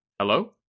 Hello